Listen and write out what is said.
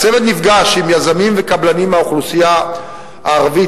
הצוות נפגש עם יזמים וקבלנים מהאוכלוסייה הערבית